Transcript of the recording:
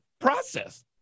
process